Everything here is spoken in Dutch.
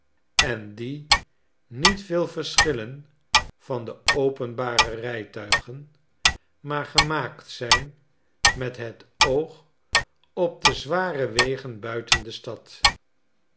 en die niet veel verschillen van de openbare rijtuigen maar gemaakt zijn methetoog op de zware wegen buiten de stad